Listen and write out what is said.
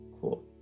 Cool